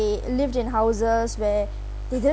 ~ey lived in houses where they didn't